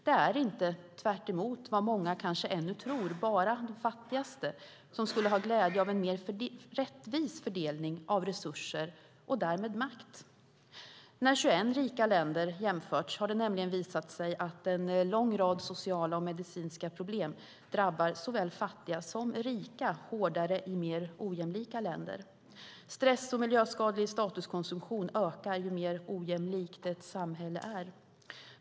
Det är inte, tvärtemot vad många kanske ännu tror, bara de fattigaste som skulle ha glädje av en mer rättvis fördelning av resurser och därmed makt. När 21 rika länder har jämförts har det nämligen visat sig att en lång rad sociala och medicinska problem drabbar såväl fattiga som rika hårdare i mer ojämlika länder. Stress och miljöskadlig statuskonsumtion ökar ju mer ojämlikt ett samhälle är.